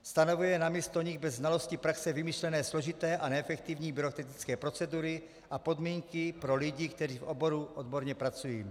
Stanovuje namísto nich bez znalosti praxe vymyšlené složité a neefektivní byrokratické procedury a podmínky pro lidi, kteří v oboru odborně pracují.